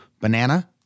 banana